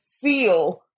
feel